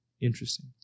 Interesting